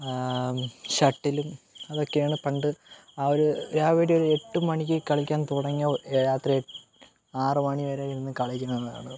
ഷട്ടിലും അതൊക്കെയാണ് പണ്ട് ആ ഒരു രാവിലെ ഒരു എട്ട് മണിക്ക് കളിക്കാൻ തുടങ്ങിയാൽ രാത്രി എ ആറ് മണി വരെ നിന്ന് കളിക്കും നമ്മള്